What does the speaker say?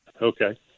Okay